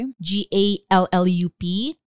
G-A-L-L-U-P